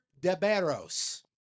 DeBarros